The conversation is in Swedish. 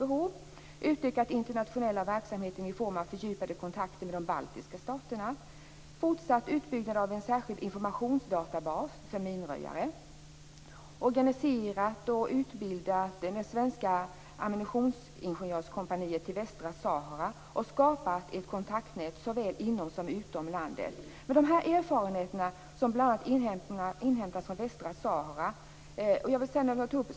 Man har utökat den internationella verksamheten i form av fördjupade kontakter med de baltiska staterna. Det har varit en fortsatt utbyggnad av en särskild informationsdatabas för minröjare. Man har organiserat och utbildat det svenska ammunitionsröjningskompaniet i Västsahara och skapat ett kontaktnät såväl inom som utom landet. Man har inhämtat erfarenheter bl.a. från Västsahara.